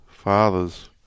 father's